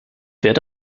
wird